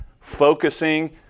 focusing